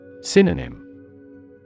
Synonym